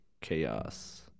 Chaos